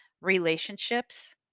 relationships